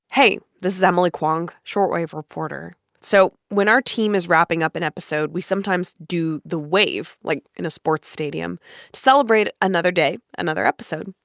hey. this is emily kwong, short wave reporter. so when our team is wrapping up an episode, we sometimes do the wave, like in a sports stadium, to celebrate another day, another episode.